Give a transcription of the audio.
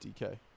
DK